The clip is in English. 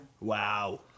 Wow